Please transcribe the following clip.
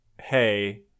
hey